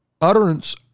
utterance